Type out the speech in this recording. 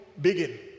begin